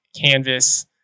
canvas